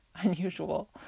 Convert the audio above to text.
unusual